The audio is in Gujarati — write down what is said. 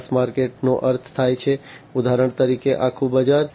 માસ માર્કેટનો અર્થ થાય છે ઉદાહરણ તરીકે આખું બજાર